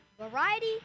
Variety